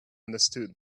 understood